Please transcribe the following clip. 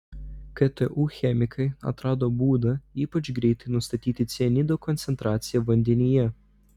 ktu chemikai atrado būdą ypač greitai nustatyti cianido koncentraciją vandenyje